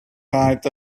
height